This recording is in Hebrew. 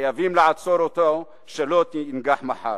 חייבים לעצור אותה שלא תנגח מחר.